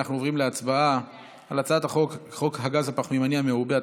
אנחנו עוברים להצבעה על הצעת חוק הגז הפחמימני המעובה,